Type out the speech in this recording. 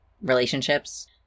relationships